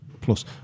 plus